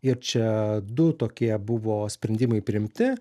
ir čia du tokie buvo sprendimai priimti